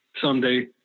someday